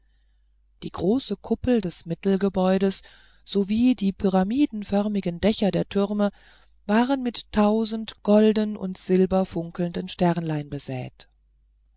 die große kuppel des mittelgebäudes sowie die pyramidenförmigen dächer der türme waren mit tausend golden und silbern funkelnden sternlein besäet